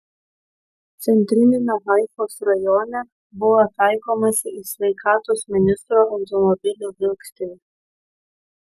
centriniame haifos rajone buvo taikomasi į sveikatos ministro automobilių vilkstinę